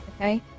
okay